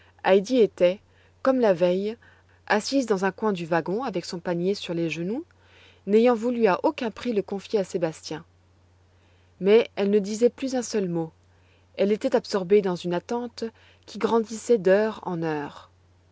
était comme la veille assise dans un coin du wagon avec son panier sur les genoux n'ayant voulu à aucun prix le confier à sébastien mais elle ne disait plus un seul mot elle était absorbée dans une attente qui grandissait d'heure en heure